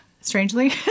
strangely